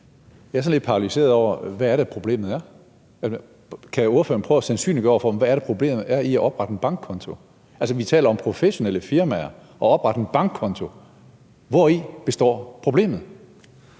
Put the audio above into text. Jeg er sådan lidt paralyseret over, hvad det er, problemet er. Kan ordføreren prøve at sandsynliggøre over for mig, hvad problemet er i at oprette en bankkonto? Altså, vi taler om professionelle firmaer – at oprette en bankkonto; hvori består problemet?